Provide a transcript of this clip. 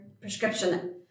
prescription